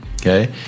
Okay